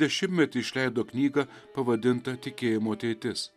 dešimtmetį išleido knygą pavadintą tikėjimo ateitis